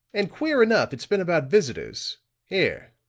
and queer enough, it's been about visitors here,